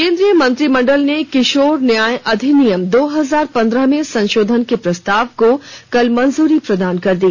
केंद्रीय मंत्रिमंडल ने किशोर न्याय अधिनियम दो हजार पंद्रह में संशोधन के प्रस्ताव को कल मंजूरी प्रदान कर दी